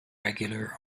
regular